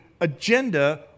agenda